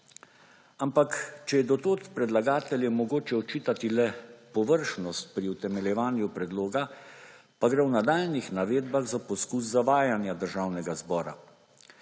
Ampak če je do tod predlagateljem mogoče očitati le površnost pri utemeljevanju predloga, pa gre v nadaljnjih navedbah za poskus zavajanja Državnega zbora.